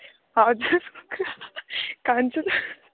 हजुर खान्छु